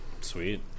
Sweet